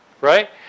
right